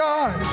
God